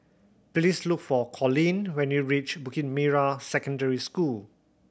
please look for Collin when you reach Bukit Merah Secondary School